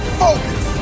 focus